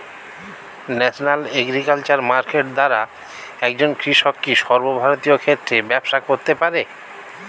National agriculture market দ্বারা একজন কৃষক কি সর্বভারতীয় ক্ষেত্রে ব্যবসা করতে পারে?